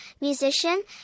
musician